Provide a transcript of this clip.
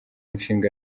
nshinga